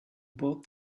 bought